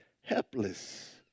helpless